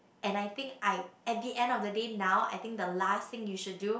and I think I at the end of the day now I think the last thing you should do